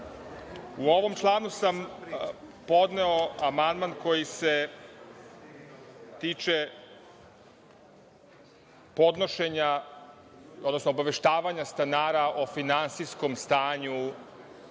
ovom članu sam podneo amandman koji se tiče podnošenja, odnosno obaveštavanja stanara o finansijskom stanju